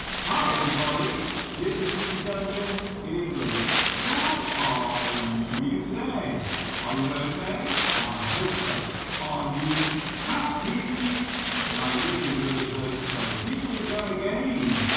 hi everybody this is mr. duncan in england how are you today are you okay i hope so are you happy i really really hope so here we go again